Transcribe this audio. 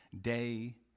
day